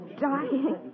dying